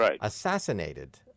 assassinated